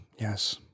Yes